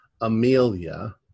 Amelia